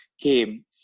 came